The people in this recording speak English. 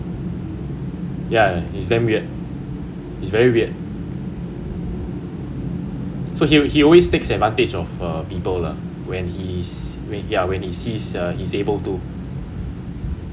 ya it's damn weird is very weird so he he always takes advantage of uh people lah when he's when he's able to